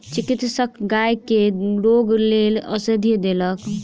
चिकित्सक गाय के रोगक लेल औषधि देलक